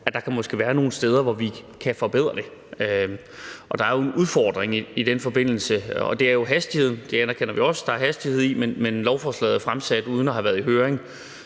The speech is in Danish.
at der måske kan være nogle steder, hvor vi kan forbedre det. Der er jo en udfordring i den forbindelse, og det er hastigheden. Vi anerkender også, at der er hastighed i det, men lovforslaget er fremsat uden at have været i høring,